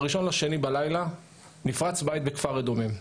ב-1.2 בלילה נפרץ בית בכפר אדומים.